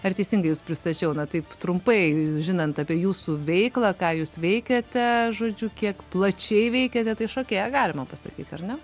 ar teisingai jus pristačiau na taip trumpai žinant apie jūsų veiklą ką jūs veikiate žodžiu kiek plačiai veikiate tai šokėja galima pasakyt ar ne